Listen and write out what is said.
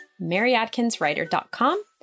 maryadkinswriter.com